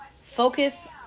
Focus